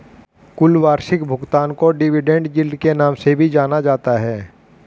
कुल वार्षिक भुगतान को डिविडेन्ड यील्ड के नाम से भी जाना जाता है